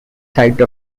site